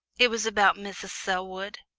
it was about mrs. selwood,